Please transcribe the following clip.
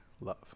love